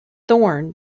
thorn